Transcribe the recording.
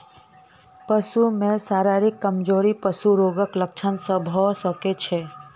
पशु में शारीरिक कमजोरी पशु रोगक लक्षण भ सकै छै